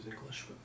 English